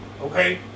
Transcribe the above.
Okay